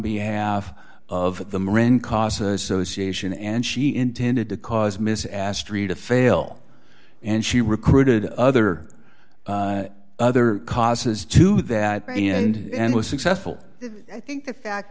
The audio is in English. behalf of the moran cos association and she intended to cause miss asked rita fail and she recruited other other causes to that end and was successful i think the fact